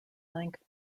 length